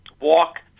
walk